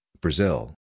Brazil